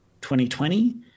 2020